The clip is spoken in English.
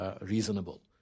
reasonable